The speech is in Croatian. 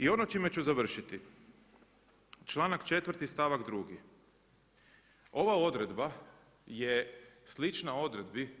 I ono s čime ću završiti, članak 4. stavak 2., ova odredba je slična odredbi